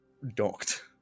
Docked